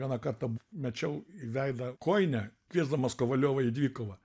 vieną kartą mečiau į veidą kojinę kviesdamas kovaliovą į dvikovą